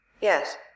Yes